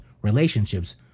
relationships